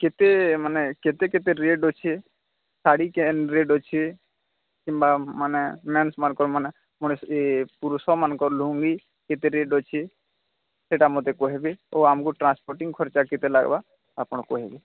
କେତେ ମାନେ କେତେ କେତେ ରେଟ୍ ଅଛି ଶାଢ଼ୀ କେତେ ରେଟ୍ ଅଛି କିମ୍ୱା ମାନେ ମେନସ୍ମାନଙ୍କର ମାନେ ଏ ପୁରୁଷମାନଙ୍କର ଲୁଙ୍ଗି କେତେ ରେଟ୍ ଅଛି ସେଇଟା ମୋତେ କହିବେ ଓ ଆମକୁ ଟ୍ରାନ୍ସପୋର୍ଟିଂ ଖର୍ଚ୍ଚ କେତେ ଲାଗିବ ଆପଣ କହିବେ